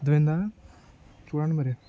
అర్థమైందా చూడండి మరి